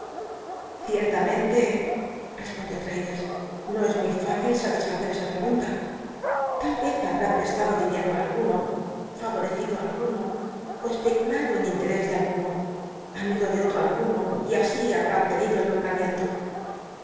ciertamenle respondió l'raddles no es muy fácil sa tisfacer esa pregunta tal vez habrá prestado dinero á alguno favorecido alguno ó especulado en inlerés de alguno am igo de otro alguno y así babrú obtenido el nombramicnto